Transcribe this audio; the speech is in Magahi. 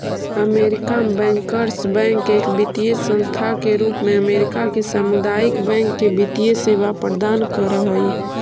अमेरिका में बैंकर्स बैंक एक वित्तीय संस्था के रूप में अमेरिका के सामुदायिक बैंक के वित्तीय सेवा प्रदान कर हइ